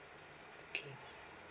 okay